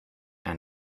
and